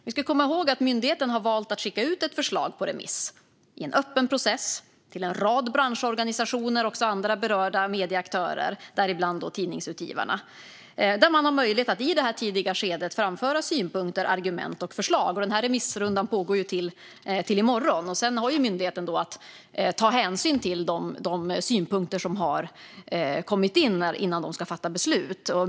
Vi ska komma ihåg att myndigheten har valt att skicka ut ett förslag på remiss i en öppen process till en rad branschorganisationer och även andra berörda medieaktörer, däribland Tidningsutgivarna, där dessa har möjlighet att i detta tidiga skede framföra synpunkter, argument och förslag. Denna remissrunda pågår till i morgon, och sedan har myndigheten att ta hänsyn till de synpunkter som har kommit in innan den ska fatta beslut.